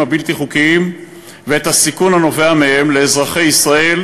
הבלתי-חוקיים ואת הסיכון הנובע מהם לאזרחי ישראל,